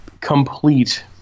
complete